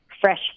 fresh